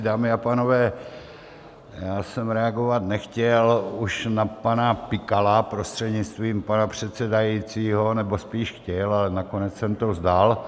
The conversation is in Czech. Dámy a pánové, já jsem reagovat nechtěl už na pana Pikala, prostřednictvím pana předsedajícího, nebo spíš chtěl, ale nakonec jsem to vzdal.